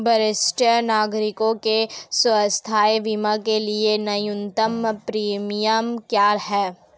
वरिष्ठ नागरिकों के स्वास्थ्य बीमा के लिए न्यूनतम प्रीमियम क्या है?